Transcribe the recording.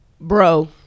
bro